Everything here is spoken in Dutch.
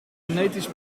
genetisch